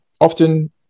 often